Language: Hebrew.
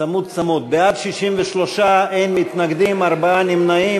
לוועדה שתקבע ועדת הכנסת נתקבלה.